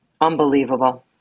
Unbelievable